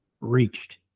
reached